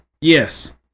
Yes